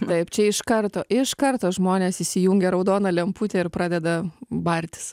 taip čia iš karto iš kartos žmonės įsijungia raudoną lemputę ir praveda bartis